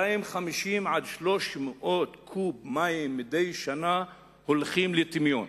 250 300 קוב מים מדי שנה יורדים לטמיון.